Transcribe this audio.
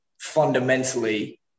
fundamentally